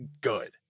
good